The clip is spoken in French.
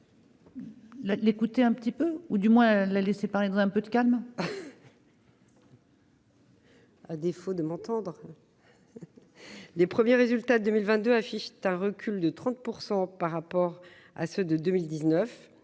l'écouter un petit peu, ou du moins la laisser paraître un peu de calme. à défaut de m'entendre les premiers résultats 2022 affiche un recul de 30 % par rapport à ceux de 2019,